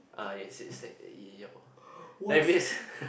uh yes is take yeap like this